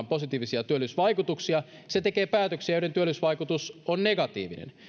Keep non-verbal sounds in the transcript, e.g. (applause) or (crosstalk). (unintelligible) positiivisia työllisyysvaikutuksia se tekee päätöksiä joiden työllisyysvaikutus on negatiivinen